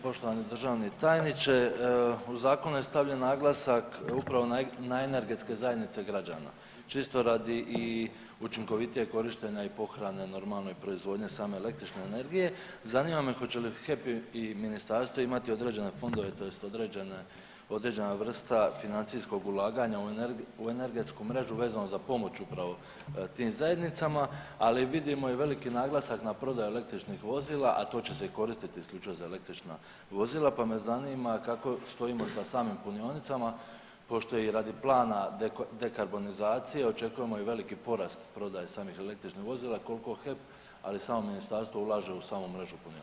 Poštovani državni tajniče u zakonu je stavljen naglasak upravo na energetske zajednice građana čisto i radi učinkovitijeg korištenja i pohrane normalno i proizvodnje same električne energije, zanima me hoće li HEP i ministarstvo imati određene fondove tj. određene, određena vrsta financijskog ulaganja u energetsku mrežu vezano za pomoć upravo tim zajednicama, ali vidimo i veliki naglasak na prodaju električnih vozila, a to će se koristiti i isključivo za električna vozila pa me zanima kako stojimo sa samim punionicama pošto je i radi plana dekarbonizacije očekujemo i veliki porast prodaje samih električnih vozila, koliko HEP ali i samo ministarstvo ulaže u samu mrežu punionica.